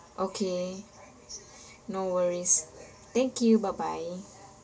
okay no worries thank you bye bye